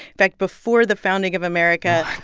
back before the founding of america.